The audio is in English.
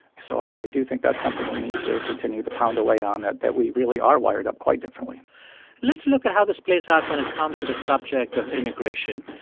so i do think that's something we need to continue to pound away on that that we really are wired up quite differently let's look at how this plays out when it comes to the subject of immigration.